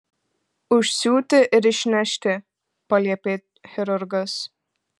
užsiūti ir išnešti paliepė chirurgas